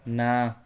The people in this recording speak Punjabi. ਨਾ